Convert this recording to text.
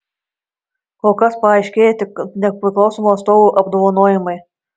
kol kas paaiškėję tik nepriklausomų atstovų apdovanojimai